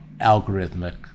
algorithmic